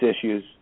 issues